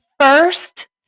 first